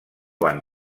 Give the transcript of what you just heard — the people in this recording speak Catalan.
van